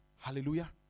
Hallelujah